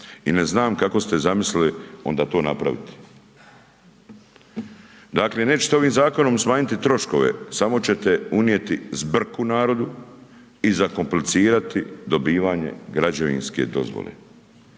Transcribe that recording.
i ne znam kako ste zamislili onda to napraviti? Dakle nećete ovim zakonom smanjiti troškove, samo ćete unijeti zbrku narodu i zakomplicirane dobivanje građevinske dozvole.